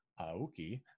Aoki